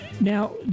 Now